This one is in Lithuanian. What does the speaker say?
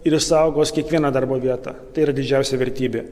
ir išsaugos kiekvieną darbo vietą tai yra didžiausia vertybė